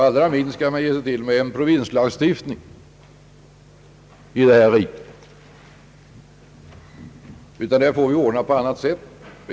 Allra minst skall vi införa en provinslagstiftning i vårt land. Saken får ordnas på annat sätt.